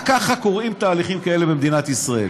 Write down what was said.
רק ככה קורים תהליכים כאלה במדינת ישראל.